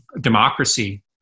democracy